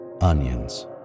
onions